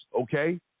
okay